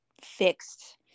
fixed